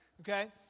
okay